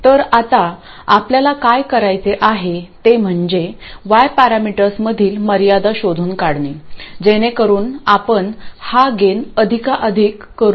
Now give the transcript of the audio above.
तर आता आपल्याला काय करायचे आहे ते म्हणजे y पॅरामीटर्समधील मर्यादा शोधून काढणे जेणेकरुन आपण हा गेन अधिकाधिक करू